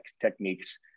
techniques